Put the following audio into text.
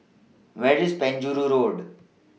Where IS Penjuru Road